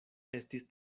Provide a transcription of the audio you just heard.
estis